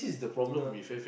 dinner